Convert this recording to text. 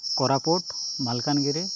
Koraput Malkangiri